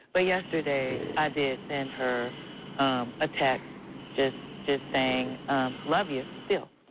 but yesterday, i did send her a text just just saying, i love you still.